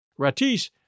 Ratis